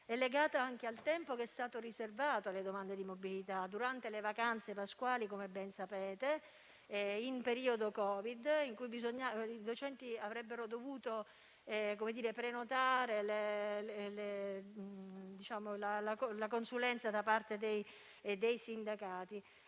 è legato anche al tempo riservato alle domande di mobilità: durante le vacanze pasquali, come ben sapete, in periodo Covid, i docenti avrebbero dovuto prenotare la consulenza da parte dei sindacati.